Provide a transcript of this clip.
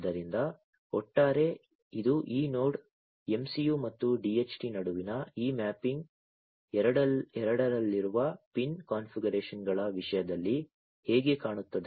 ಆದ್ದರಿಂದ ಒಟ್ಟಾರೆ ಇದು ಈ ನೋಡ್ MCU ಮತ್ತು DHT ನಡುವಿನ ಈ ಮ್ಯಾಪಿಂಗ್ ಎರಡರಲ್ಲಿರುವ ಪಿನ್ ಕಾನ್ಫಿಗರೇಶನ್ಗಳ ವಿಷಯದಲ್ಲಿ ಹೇಗೆ ಕಾಣುತ್ತದೆ